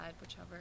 whichever